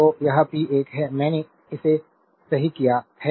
तो यह पी 1 है मैंने इसे सही किया है